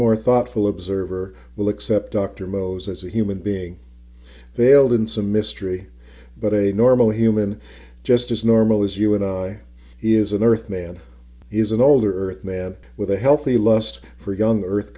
more thoughtful observer will accept dr mose as a human being veiled in some mystery but a normal human just as normal as you and he is an earth man is an older man with a healthy lust for young earth